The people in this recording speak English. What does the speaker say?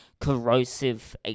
corrosive